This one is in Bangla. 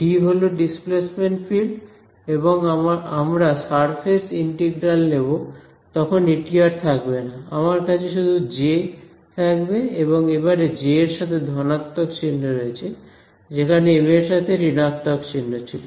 ডি হল ডিসপ্লেসমেন্ট ফিল্ড যখন আমরা সারফেস ইন্টিগ্রাল নেব তখন এটি আর থাকবে না আমার কাছে শুধু জে থাকবে এবং এবারে জে এর সাথে ধনাত্মক চিহ্ন রয়েছে যেখানে এম এর আগে ঋণাত্মক চিহ্ন ছিল